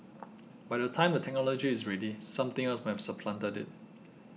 by the time the technology is ready something else might have supplanted it